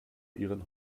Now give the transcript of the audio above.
ihren